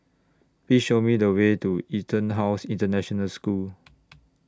Please Show Me The Way to Etonhouse International School